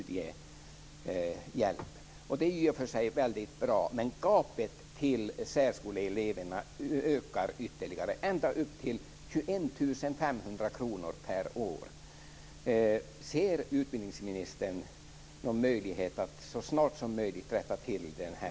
Det är i och för sig bra, men gapet till särskoleeleverna ökar ytterligare, ända upp till 21 500 kr per år.